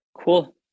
Cool